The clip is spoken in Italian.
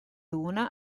una